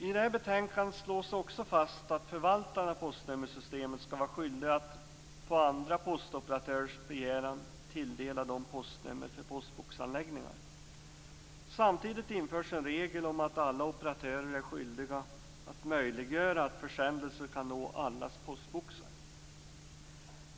I det här betänkandet slås det också fast att förvaltaren av postnummersystemet skall vara skyldig att på andra postoperatörers begäran tilldela dessa postnummer för postboxanläggningar. Samtidigt införs en regel om att alla operatörer är skyldiga att möjliggöra att försändelser kan nå allas postboxar.